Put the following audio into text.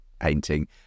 painting